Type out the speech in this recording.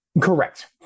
Correct